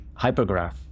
hypergraph